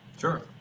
Sure